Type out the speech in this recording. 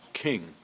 king